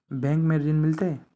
Bank में ऋण मिलते?